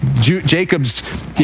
Jacob's